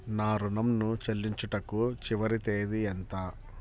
నా ఋణం ను చెల్లించుటకు చివరి తేదీ ఎంత?